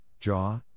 jaw